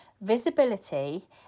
visibility